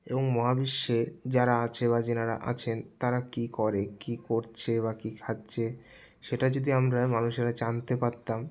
এবং মহাবিশ্বে যারা আছে বা যেনারা আছেন তারা কী করে কী করছে বা কী খাচ্ছে সেটা যদি আমরা মানুষেরা জানতে পারতাম